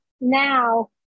Now